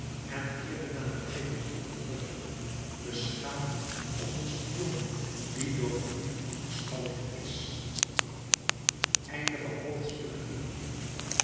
en keerde naar de prefectuur terug beschaamd als een spion die door een dief verschalkt is